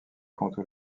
comptent